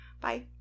Bye